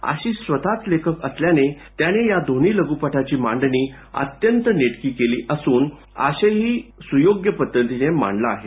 आशिष स्वतःच लेखक असल्याने त्याने या दोन्ही लघपटांची मांडणी अत्यंत नेटकी केली असून आशयही सुयोग्य पद्धतीनं मांडला आहे